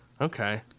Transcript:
Okay